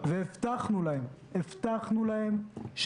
והתוכנית היתה אחרי זה לחוקק את